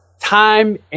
Time